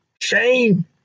shame